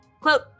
Quote